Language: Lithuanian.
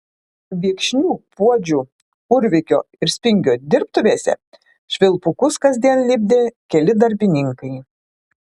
viekšnių puodžių urvikio ir spingio dirbtuvėse švilpukus kasdien lipdė keli darbininkai